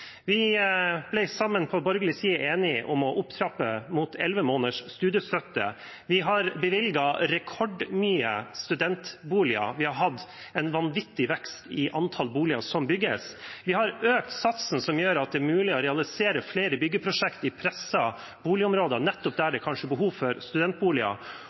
Vi har bevilget rekordmye til studentboliger. Vi har hatt en vanvittig vekst i antall boliger som bygges. Vi har økt satsen som gjør at det er mulig å realisere flere byggeprosjekter i pressede boligområder, nettopp der det er behov for studentboliger